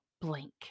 blank